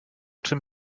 czym